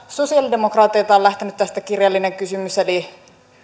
sosialidemokraateilta on lähtenyt tästä kirjallinen kysymys eli